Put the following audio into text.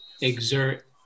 exert